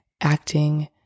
acting